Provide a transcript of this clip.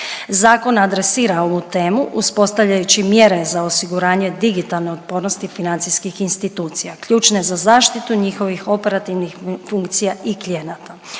Zakon adresira ovu temu uspostavljajući mjere za osiguranje digitalne otpornosti financijskih institucija ključne za zaštitu njihovih operativnih funkcija i klijenata.